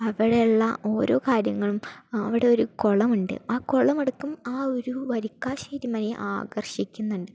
അവിടെ ഉള്ള ഓരോ കാര്യങ്ങളും അവിടെ ഒരു കുളമുണ്ട് ആ കുളം അടക്കം ഒരു വരിക്കാശ്ശേരി മനയെ ആകർഷിക്കുന്നുണ്ട്